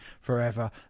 forever